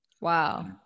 Wow